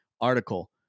article